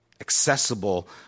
accessible